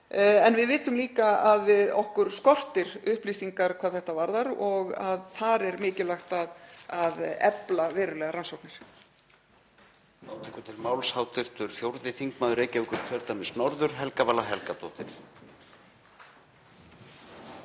en við vitum líka að okkur skortir upplýsingar hvað þetta varðar og að þar er mikilvægt að efla verulega rannsóknir.